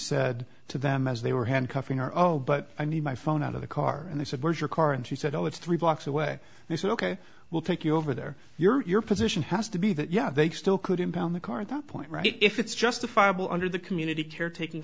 said to them as they were handcuffing are all but i need my phone out of the car and they said where's your car and she said oh it's three blocks away they said ok we'll take you over there your position has to be that yeah they still could impound the car at that point if it's justifiable under the community care taking